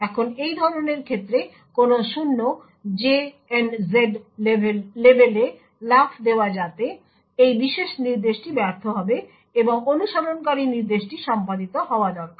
এখন এই ধরনের ক্ষেত্রে কোন 0 লেবেলে লাফ দেওয়া যাতে এই বিশেষ নির্দেশটি ব্যর্থ হবে এবং অনুসরণকারী নির্দেশটি সম্পাদিত হওয়া দরকার